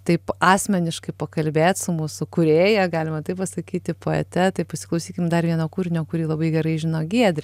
taip asmeniškai pakalbėt su mūsų kūrėja galima taip pasakyt poete taip pasiklausykim dar vieno kūrinio kurį labai gerai žino giedrė